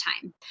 time